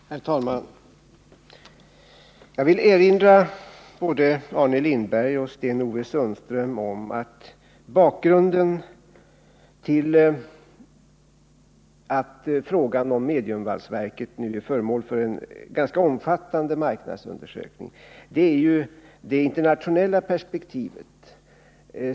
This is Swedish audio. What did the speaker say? Herr talman! Jag vill erinra både Arne Lindberg och Sten-Ove Sundström om att bakgrunden till att frågan om mediumvalsverket nu är föremål för en ganska omfattande marknadsundersökning är de internationella perspektiven.